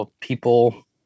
people